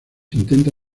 intenta